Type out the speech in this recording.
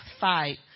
fight